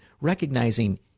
recognizing